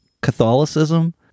catholicism